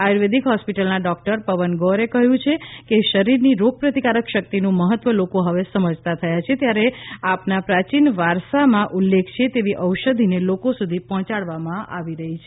આયુર્વેદિક હોસ્પિટલના ડોકટર પવને ગોરે કહ્યું છે કે શરીર ની રોગ પ્રતિકારક શક્તિ નું મહત્વ લોકો હવે સમજતા થયા છે ત્યારે આપના પ્રાચીન વારસા માં ઉલ્લેખ છે તેવી ઔષધિને લોકો સુધી પહોંચાડવામાં આવી રહી છે